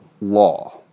law